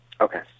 Okay